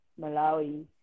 Malawi